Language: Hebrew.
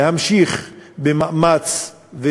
להמשיך במאמץ,